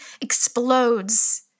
explodes